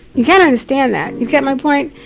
you got to understand that. you get my point?